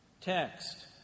Text